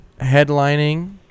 headlining